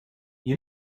you